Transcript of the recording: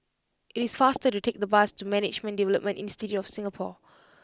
it is faster to take the bus to Management Development institute of Singapore